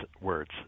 words